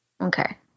Okay